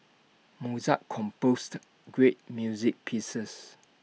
Mozart composed great music pieces